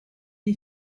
est